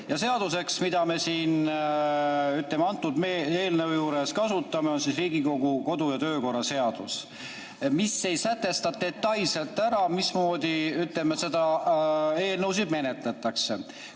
Ja seaduseks, mida me siin selle eelnõu juures kasutame, on Riigikogu kodu- ja töökorra seadus, mis ei sätesta detailselt ära, mismoodi eelnõusid menetletakse.